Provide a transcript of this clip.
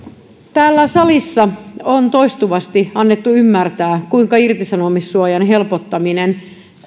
täällä salissa on toistuvasti annettu ymmärtää kuinka irtisanomissuojan helpottaminen